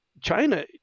China